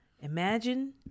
imagine